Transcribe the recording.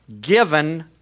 given